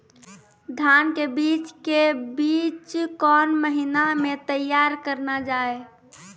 धान के बीज के बीच कौन महीना मैं तैयार करना जाए?